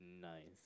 Nice